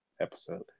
episode